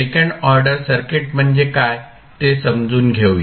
second order circuit म्हणजे काय ते समजून घेऊया